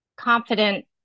confident